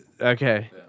Okay